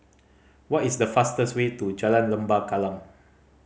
what is the fastest way to Jalan Lembah Kallang